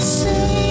say